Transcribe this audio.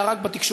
אלא רק בתקשורת.